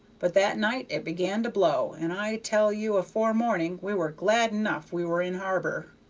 but that night it began to blow, and i tell you afore morning we were glad enough we were in harbor.